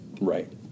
Right